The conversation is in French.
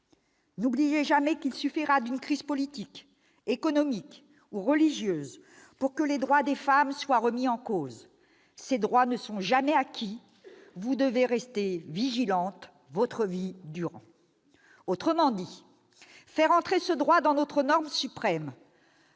N'oubliez jamais qu'il suffira d'une crise politique, économique ou religieuse pour que les droits des femmes soient remis en question. Ces droits ne sont jamais acquis. Vous devrez rester vigilantes votre vie durant. » Autrement dit, faire entrer le droit à l'interruption